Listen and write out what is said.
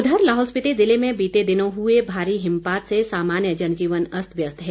उघर लाहौल स्पिति ज़िले में बीते दिनों हुए भारी हिमपात से सामान्य जनजीवन अस्त व्यस्त है